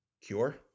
Cure